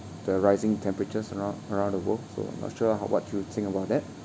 the rising temperatures around around the world so not sure how what you think about that